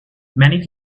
many